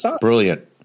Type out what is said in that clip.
Brilliant